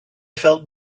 felt